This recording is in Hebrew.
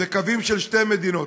אלה קווים של שתי מדינות.